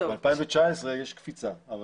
ב-2019 יש קפיצה.